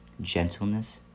gentleness